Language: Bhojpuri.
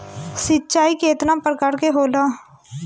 सिंचाई केतना प्रकार के होला?